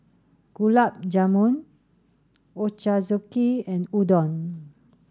Gulab Jamun Ochazuke and Udon